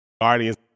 Guardians